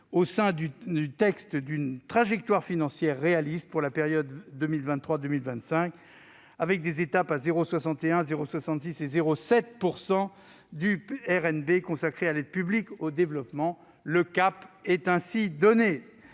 au sein du texte, d'une trajectoire réaliste pour la période 2023-2025, avec des étapes à 0,61 %, 0,66 % et 0,7 % du RNB consacré à l'aide publique au développement. Le cap est ainsi donné.